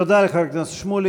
תודה לחבר הכנסת שמולי.